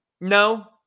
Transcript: No